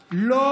בועז,